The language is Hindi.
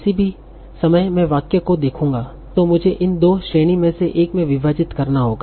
किसी भी समय मे वाक्य को देखूंगा तो मुझे इन दो श्रेणी में से एक में विभाजित करना होगा